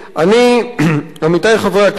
עמיתי חברי הכנסת,